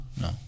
No